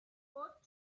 ought